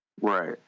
Right